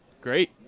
great